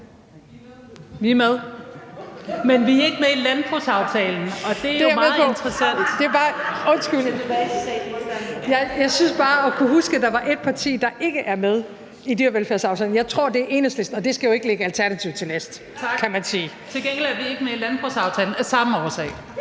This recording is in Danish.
Vi er med, men vi er ikke med i landbrugsaftalen, og det er jo meget interessant ...). Jeg synes bare, jeg kan huske, at der er ét parti, der ikke er med i dyrevelfærdsaftalen, men jeg tror, det er Enhedslisten, og det skal jo ikke ligge Alternativet til last, kan man sige. (Franciska Rosenkilde